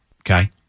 okay